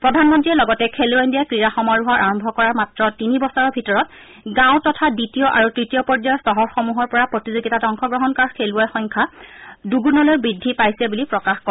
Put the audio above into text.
প্ৰধানমন্ত্ৰীয়ে লগতে খেলো ইণ্ডিয়া ক্ৰীড়া সমাৰোহ আৰম্ভ কৰাৰ মাত্ৰ তিনি বছৰৰ ভিতৰত গাওঁ তথা দ্বিতীয় আৰু তৃতীয় পৰ্যায়ৰ চহৰসমূহৰ পৰা প্ৰতিযোগিতাত অংশগ্ৰহণ কৰা খেলৱৈৰ সংখ্যা দুগুণলৈ বৃদ্ধি পাইছে বুলি প্ৰকাশ কৰে